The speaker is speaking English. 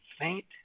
faint